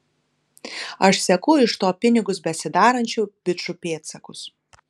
aš seku iš to pinigus besidarančių bičų pėdsakus